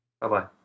Bye-bye